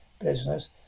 business